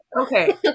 Okay